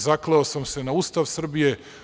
Zakleo sam se na Ustav Srbije.